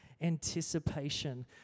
anticipation